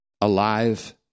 alive